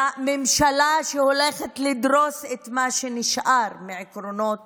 ממשלה שהולכת לדרוס את מה שנשאר מעקרונות